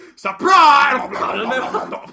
Surprise